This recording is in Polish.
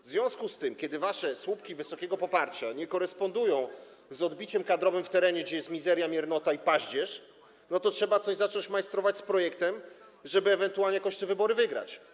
W związku z tym kiedy wasze słupki wysokiego poparcia nie korespondują z odbiciem kadrowym w terenie, gdzie jest mizeria, miernota i paździerz, trzeba coś zacząć majstrować z projektem, żeby ewentualnie jakoś te wybory wygrać.